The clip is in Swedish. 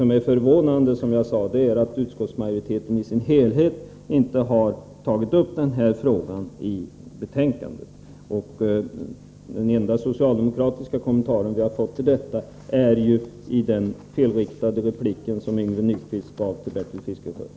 Det förvånande är att utskottsmajoriteten i sin helhet i betänkandet inte har tagit upp frågan om landstingens ställning. Den enda socialdemokratiska kommentaren är den som finns i den felriktade replik som Yngve Nyquist gav till Bertil Fiskesjö.